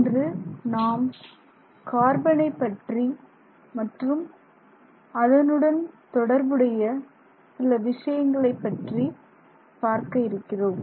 இன்று நாம் கார்பனை பற்றி மற்றும் அதனுடன் தொடர்புடைய சில விஷயங்களை பற்றி பார்க்க இருக்கிறோம்